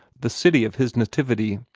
the city of his nativity.